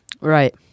Right